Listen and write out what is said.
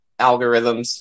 algorithms